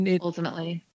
ultimately